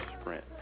sprint